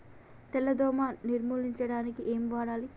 తెల్ల దోమ నిర్ములించడానికి ఏం వాడాలి?